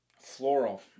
Floral